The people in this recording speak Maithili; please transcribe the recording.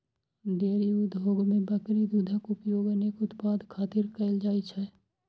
डेयरी उद्योग मे बकरी दूधक उपयोग अनेक उत्पाद खातिर कैल जाइ छै